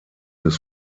des